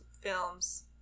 films